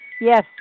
Yes